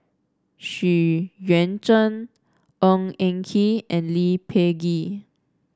Xu Yuan Zhen Ng Eng Kee and Lee Peh Gee